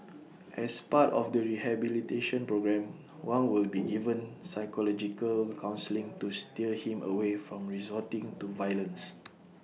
as part of the rehabilitation programme Wang will be given psychological counselling to steer him away from resorting to violence